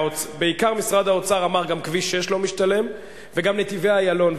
בעיקר משרד האוצר אמר: גם כביש 6 לא משתלם וגם נתיבי-איילון.